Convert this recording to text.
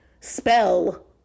spell